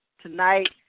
tonight